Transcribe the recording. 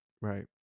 right